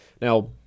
Now